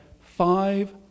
five